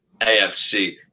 AFC